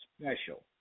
special